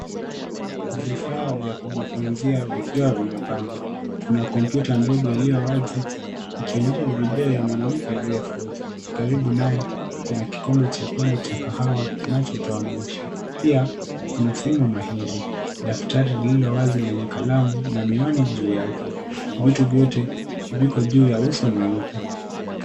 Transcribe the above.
Vifaa vya kujifunzia vikiwa vimepangwa. Kuna kompyuta ndogo iliyo wazi ikionyesha video ya mwanamke aliyefuzu. Karibu naye, kuna kikombe chekundu cha kahawa kinachotoa moshi. Pia, kuna simu mahiri. Daftari lililo wazi lenye kalamu na miwani juu yake. Vitu vyote viko juu ya uso mweupe.